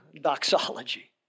doxology